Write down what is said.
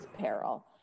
peril